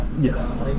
yes